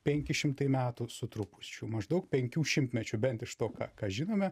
penki šimtai metų su trupučiu maždaug penkių šimtmečių bent iš to ką ką žinome